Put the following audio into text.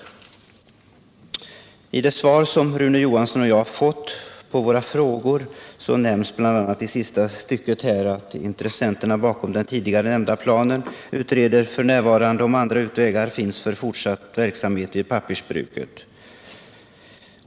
16 mars 1978 I det svar som Rune Johansson och jag fått på våra frågor nämns i sista stycket att intressenterna bakom den tidigare nämnda planen f. n. utreder om andra utvägar finns för fortsatt verksamhet vid pappersbruket.